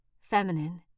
feminine